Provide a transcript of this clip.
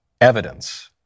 evidence